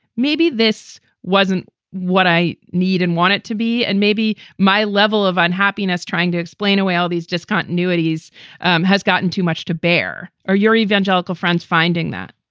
maybe this wasn't what i need and want it to be. and maybe my level of unhappiness, trying to explain away all these discontinuities has gotten too much to bear. are your evangelical friends finding that?